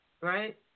right